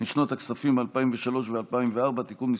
לשנות הכספים 2003 ו-2004) (תיקון מס'